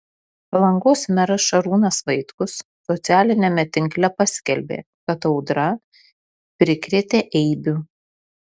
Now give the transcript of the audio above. palangos meras šarūnas vaitkus socialiniame tinkle paskelbė kad audra prikrėtė eibių